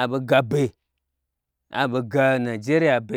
Abe gaɓe aɓeg ga nijeriya be